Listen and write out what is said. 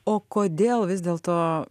o kodėl vis dėlto